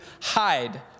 hide